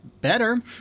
better